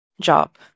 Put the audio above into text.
job